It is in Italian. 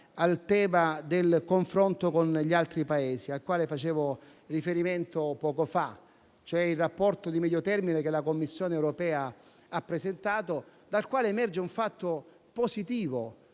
al tema del confronto con gli altri Paesi, al quale facevo riferimento poco fa. Dal rapporto di medio termine che la Commissione europea ha presentato emerge, come fatto positivo,